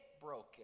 broken